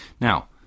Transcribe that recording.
Now